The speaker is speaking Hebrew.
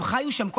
הם חיו שם,